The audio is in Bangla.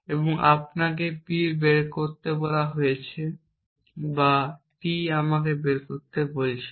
এবং আপনাকে P বের করতে বলা হয়েছে বা T আমরা বের করতে বলেছি না